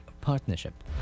partnership